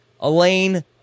Elaine